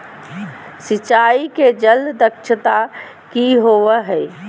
सिंचाई के जल दक्षता कि होवय हैय?